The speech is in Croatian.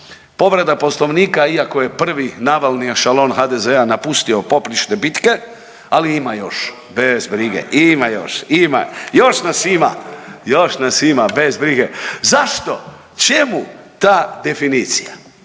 povreda Poslovnika, iako je prvi navalni ešalon HDZ-a napustio poprište bitke, ali ima još. Bez brige! Ima još, ima, još nas ima. Još nas ima bez brige! Zašto, čemu ta definicija?